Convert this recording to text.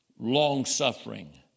long-suffering